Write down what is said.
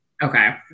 Okay